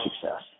success